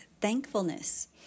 thankfulness